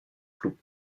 clou